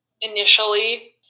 initially